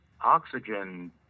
Oxygen